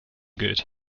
gilt